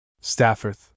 Stafford